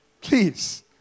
Please